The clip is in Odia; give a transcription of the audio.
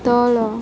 ତଳ